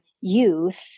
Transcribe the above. youth